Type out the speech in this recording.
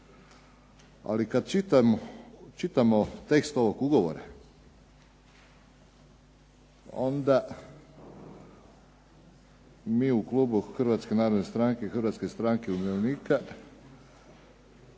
Ali kad čitamo tekst ovog ugovora onda mi u klubu Hrvatske narodne stranke, Hrvatske stranke umirovljenika